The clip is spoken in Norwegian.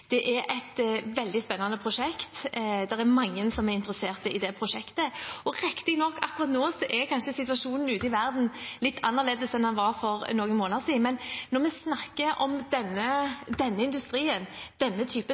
Det er et veldig spennende prosjekt, og det er mange som er interessert i det prosjektet. Riktignok er kanskje situasjonen ute i verden akkurat nå litt annerledes enn den var for noen måneder siden, men når vi snakker om denne industrien, denne